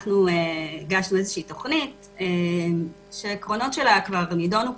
הגשנו איזו שהיא תוכנית שעקרונותיה כבר נדונו פה,